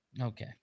Okay